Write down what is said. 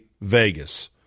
Vegas